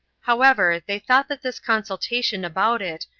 however, they thought that this consultation about it,